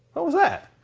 what was that?